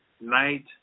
night